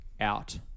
out